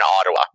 Ottawa